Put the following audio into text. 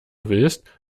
willst